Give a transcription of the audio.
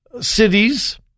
cities